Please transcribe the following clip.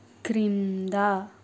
క్రింద